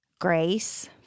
grace